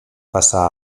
passà